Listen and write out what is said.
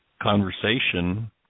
conversation